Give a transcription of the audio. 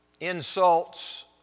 insults